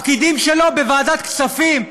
הפקידים שלו בוועדת הכספים,